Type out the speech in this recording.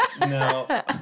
no